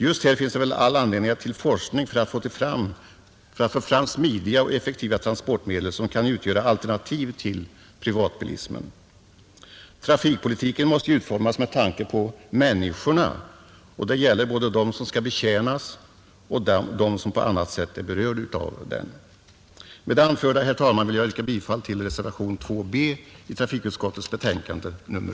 Just här finns det all anledning till forskning för att få fram smidiga och effektiva transportmedel som kan utgöra alternativ till privatbilismen. Trafikpolitiken måste ju utformas med tanke på människorna — och det gäller både dem som skall betjänas av den och dem som på annat sätt är berörda av den, Med det anförda, herr talman, vill jag yrka bifall till reservationen 2 bi trafikutskottets betänkande nr 6.